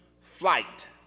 flight